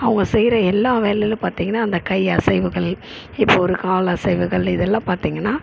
அவங்க செய்யற எல்லா வேலையிலையும் பார்த்தீங்கன்னா அந்த கை அசைவுகள் இப்போ ஒரு கால் அசைவுகள் இதெல்லாம் பார்த்தீங்கன்னா